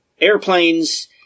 airplanes